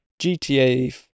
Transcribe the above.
GTA